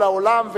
ולעולם,